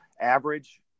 Average